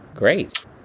Great